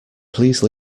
please